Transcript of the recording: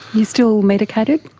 you still medicated?